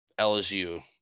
LSU